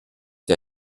der